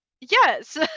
yes